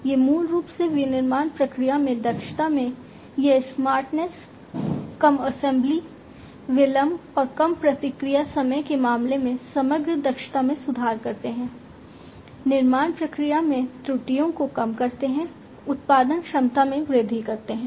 ये मूल रूप से विनिर्माण प्रक्रिया में दक्षता में यह स्मार्टनेस कम असेंबली विलंब और कम प्रतिक्रिया समय के मामले में समग्र दक्षता में सुधार करते हैं निर्माण प्रक्रिया में त्रुटियों को कम करते हैं उत्पादन क्षमता में वृद्धि करते हैं